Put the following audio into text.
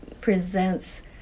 presents